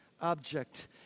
object